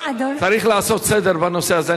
צריך לעשות סדר בנושא הזה.